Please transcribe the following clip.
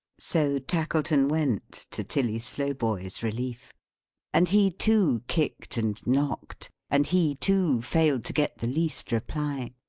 so tackleton went to tilly slowboy's relief and he too kicked and knocked and he too failed to get the least reply.